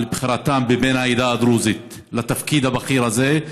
על בחירתם בבן העדה הדרוזית לתפקיד הבכיר הזה,